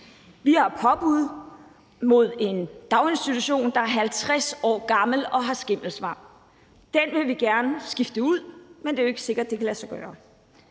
De har påbud mod en daginstitution, der er 50 år gammel og har skimmelsvamp. Den vil de gerne skifte ud, men det er jo ikke sikkert, det kan lade sig gøre.